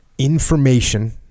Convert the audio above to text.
information